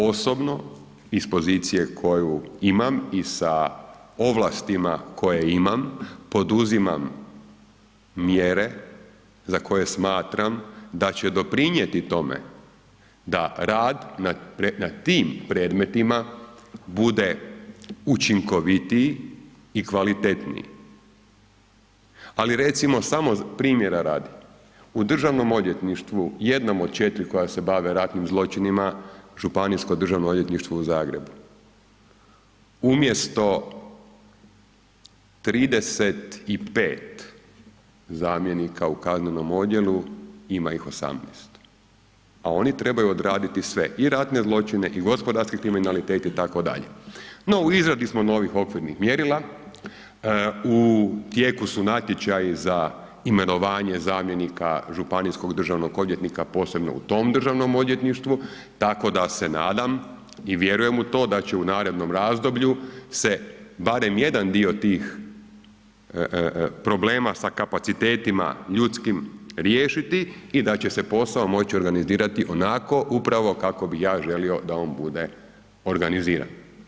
Osobno iz pozicije koju imam i sa ovlastima koje imam, poduzimam mjere za koje smatram da će doprinijeti tome da rad na tim predmetima bude učinkovitiji i kvalitetniji ali recimo samo primjera radi, u Državnom odvjetništvu, jednom od 4 koja se bave ratnim zločinima, Županijsko državno odvjetništvo u Zagrebu, umjesto 35 zamjenika u kaznenom odjelu, ima ih 18 a oni trebaju odraditi sve, i ratne zločine i gospodarski kriminalitet itd. no u izradi smo novih okvirnih mjerila, u tijeku su natječaji za imenovanje zamjenika županijskog državnog odvjetnika posebno u tom državnom odvjetništvu tako da se nadam i vjerujem u to da će u narednom razdoblju se barem jedan dio tih problema sa kapacitetima ljudskim riješiti i da će se posao moći organizirati onako upravo kako bi ja želio da on bude organiziran.